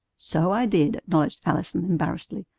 so i did, acknowledged allison embarrassedly.